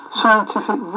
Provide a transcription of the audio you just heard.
scientific